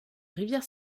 rivière